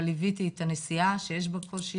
אבל ליוויתי את הנסיעה שיש בה קושי.